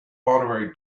honorary